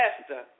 Esther